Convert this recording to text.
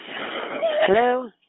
Hello